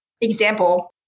example